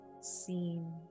seen